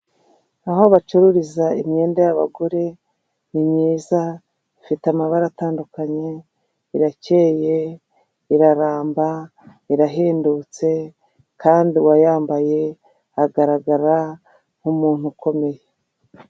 Aho bacururiza imyenda y'abagore, ni myiza, ifite amabara atandukanye, irakeye, iraramba, irahendutse kandi uwayambaye agaragara nk'umuntu ukomeye.